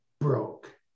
broke